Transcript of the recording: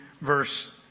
verse